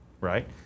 right